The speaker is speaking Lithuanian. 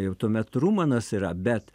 jau tuomet trumanas yra bet